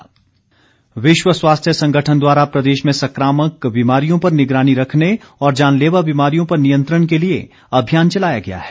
कार्यशाला विश्व स्वास्थ्य संगठन द्वारा प्रदेश में संकामक बीमारियों पर निगरानी रखने और जानलेवा बीमारियों पर नियंत्रण के लिए अभियान चलाया गया है